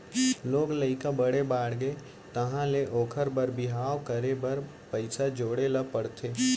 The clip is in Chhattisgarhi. लोग लइका बड़े बाड़गे तहाँ ले ओखर बर बिहाव करे बर पइसा जोड़े ल परथे